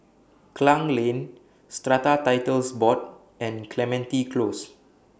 Klang Lane Strata Titles Board and Clementi Close